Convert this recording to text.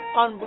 on